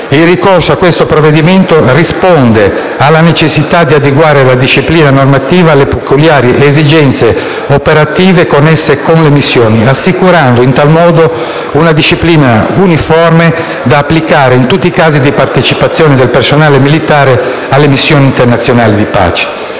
il ricorso a questo provvedimento risponde alla necessità di adeguare la disciplina normativa alle peculiari esigenze operative connesse con le missioni, assicurando in tal modo una disciplina uniforme da applicare in tutti i casi di partecipazione del personale militare alle missioni internazionali di pace.